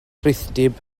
rhithdyb